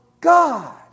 God